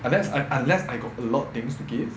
unless un~ un~ unless I got a lot of things to give